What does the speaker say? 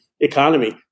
economy